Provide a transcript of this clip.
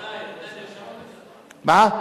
התנאי, מה?